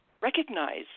recognize